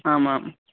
आमाम्